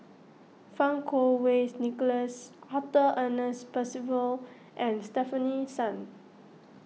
Fang Kuo Wei Nicholas Arthur Ernest Percival and Stefanie Sun